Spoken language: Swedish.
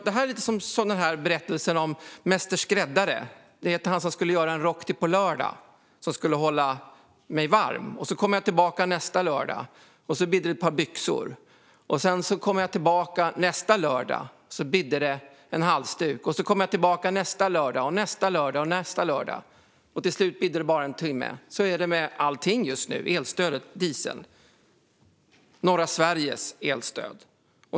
Det här är lite som berättelsen om mäster skräddare, han som skulle göra en rock till på lördag som skulle hålla mig varm. Så kom jag tillbaka nästa lördag, och då bidde det ett par byxor. Sedan kom jag tillbaka nästa lördag, och då bidde det en halsduk. Och så kom jag tillbaka nästa lördag, nästa lördag och nästa lördag, och till slut bidde det bara en tumme. Så är det med allting just nu - elstödet, dieseln, norra Sveriges elstöd.